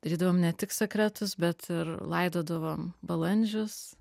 darydavom ne tik sekretus bet ir laidodavom balandžius